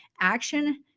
action